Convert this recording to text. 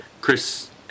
Chris